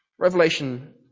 Revelation